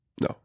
No